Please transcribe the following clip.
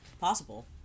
possible